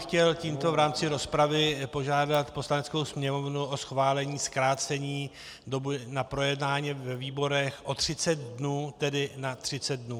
Chtěl bych tímto v rámci rozpravy požádat Poslaneckou sněmovnu o schválení zkrácení doby na projednání ve výborech o 30 dnů, tedy na 30 dnů.